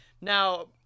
now